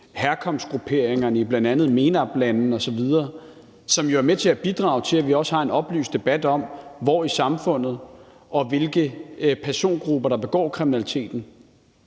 herkomstgrupperingerne i bl.a. MENAP-lande osv., hvilket jo er med til at bidrage til, at vi også har en oplyst debat om, hvor i samfundet det sker, og hvilke persongrupper der begår kriminaliteten.